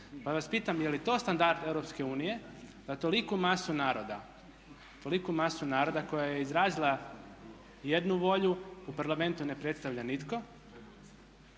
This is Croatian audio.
Pa vas pitam je li to standard EU da toliku masu naroda koja je izrazila jednu volju u Parlamentu ne predstavlja nitko.